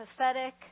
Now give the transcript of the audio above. pathetic